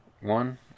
one